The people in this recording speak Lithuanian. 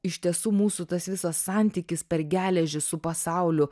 iš tiesų mūsų tas visas santykis per geležį su pasauliu